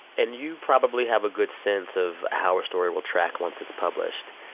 and you probably have a good sense of how a story will track once it's published.